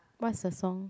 what's the song